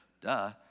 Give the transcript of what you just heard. Duh